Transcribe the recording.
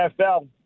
NFL